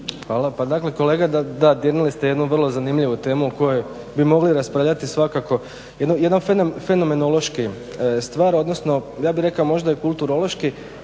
Hvala. Pa dakle kolega, da dirnuli ste jednu vrlo zanimljivu temu o kojoj bi mogli raspravljati svakako. Jedan fenomenološki stvar odnosno ja bih rekao možda i kulturološki